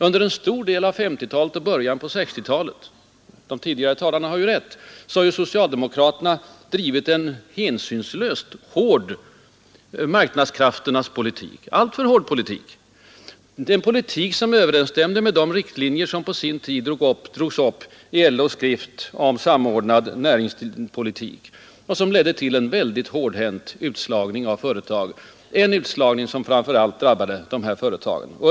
Under en stor del av 1950-talet och början av 1960-talet — de tidigare talarna har rätt i det — har socialdemokraterna drivit en hänsynslöst hård egen ”marknadskrafternas” politik, en politik som överensstämde med de riktlinjer som på sin tid drogs upp i LO:s skrift om samordnad näringspolitik och som lett till en hårdhänt utslagning av företag, en utslagning som framför allt drabbat små och medelstora företag i glesbygderna.